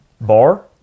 BAR